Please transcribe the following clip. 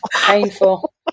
painful